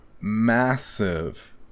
massive